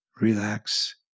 relax